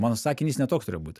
mano sakinys ne toks turėjo būt